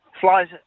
flies